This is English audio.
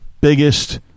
biggest